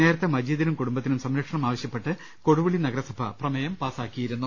നേരത്തെ മജീദിനും കൂടുംബത്തിനും സംരക്ഷണം ആവശ്യപ്പെട്ട് കൊടുവള്ളി നഗരസഭാ പ്രമേയം പാസാക്കിയിരുന്നു